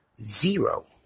zero